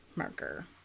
marker